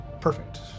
perfect